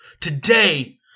Today